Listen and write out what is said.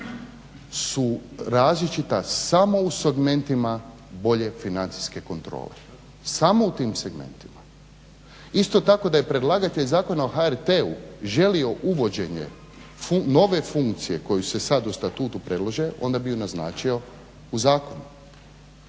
su različita samo u segmentima bolje financijske kontrole. Samo u tim segmentima. Isto tako da je predlagatelj Zakona o HRT-u želio uvođenje nove funkcije koju se sad u statutu predlaže onda bi ju naznačio u zakonu.